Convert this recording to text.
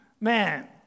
man